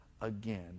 again